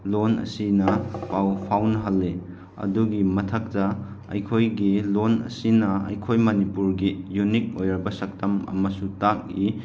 ꯂꯣꯟ ꯑꯁꯤꯅ ꯄꯥꯎ ꯐꯥꯎꯅꯍꯜꯂꯤ ꯑꯗꯨꯒꯤ ꯃꯊꯛꯇ ꯑꯩꯈꯣꯏꯒꯤ ꯂꯣꯟ ꯑꯁꯤꯅ ꯑꯩꯈꯣꯏ ꯃꯅꯤꯄꯨꯔꯒꯤ ꯌꯨꯅꯤꯛ ꯑꯣꯏꯔꯕ ꯁꯛꯇꯝ ꯑꯃꯁꯨ ꯇꯥꯛꯂꯤ